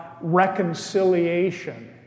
Reconciliation